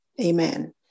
amen